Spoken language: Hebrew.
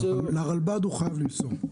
לרלב"ד הוא חייב למסור.